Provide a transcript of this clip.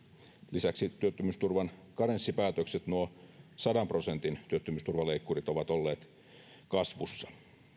lisäksi työttömyysturvan karenssipäätökset nuo sadan prosentin työttömyysturvaleikkurit ovat olleet kasvussa